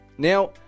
Now